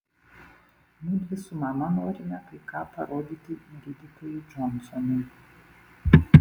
mudvi su mama norime kai ką parodyti gydytojui džonsonui